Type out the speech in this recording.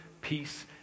peace